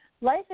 Life